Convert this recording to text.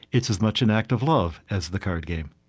it's as much an act of love as the card game